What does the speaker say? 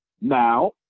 Now